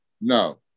No